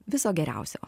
viso geriausio